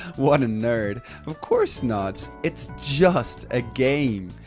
what a nerd! of course not, it's just a game,